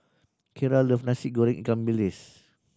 Kiera love Nasi Goreng ikan bilis